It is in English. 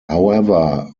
however